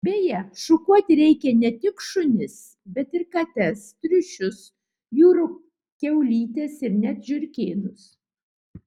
beje šukuoti reikia ne tik šunis bet ir kates triušius jūrų kiaulytes ir net žiurkėnus